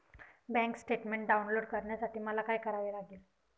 Bank statement download करण्यासाठी मला काय करावे लागेल?